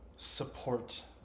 support